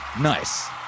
Nice